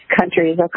countries